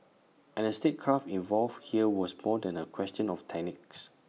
and the statecraft involved here was more than A question of techniques